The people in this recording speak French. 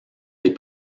des